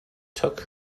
took